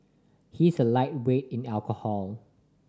he is a lightweight in alcohol